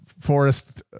forest